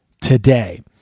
today